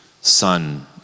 son